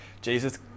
jesus